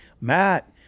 Matt